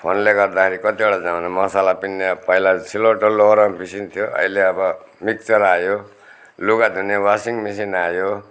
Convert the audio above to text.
फोनले गर्दाखेरि कतिवटा जमाना मसाला पिन्ने पहिला सिलौटो लोहोरोमा पिसिन्थ्यो अहिले अब मिक्चर आयो लुगा धुने वासिङ मिसिन आयो